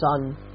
sun